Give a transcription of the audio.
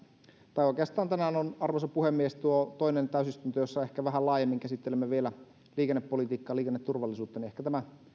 tai oikeastaan tänään on arvoisa puhemies tuo toinen täysistunto jossa ehkä vähän laajemmin käsittelemme vielä liikennepolitiikkaa liikenneturvallisuutta niin että ehkä tämä